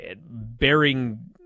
bearing